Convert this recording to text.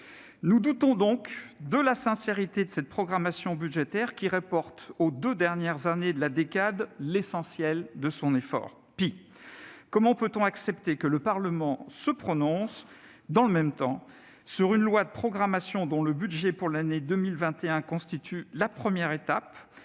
Nous doutons de la sincérité de cette programmation budgétaire, qui reporte aux deux dernières années de la décennie l'essentiel de son effort. Pis, comment accepter que le Parlement se prononce, dans le même temps, sur un projet de loi de programmation dont le budget pour l'année 2021 constitue la première étape